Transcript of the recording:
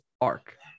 arc